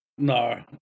No